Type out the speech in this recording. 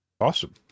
Awesome